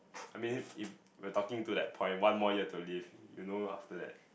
I mean if we're talking to that point one more year to live you know after that